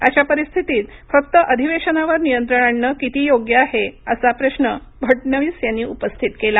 अशा परिस्थितीत फक्त अधिवेशनावर नियंत्रण आणणं किती योग्य आहे असा प्रश्न फडणवीस यांनी उपस्थित केला